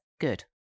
good